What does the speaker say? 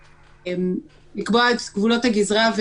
לקבוע את גבולות הגזרה.